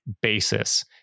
basis